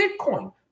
Bitcoin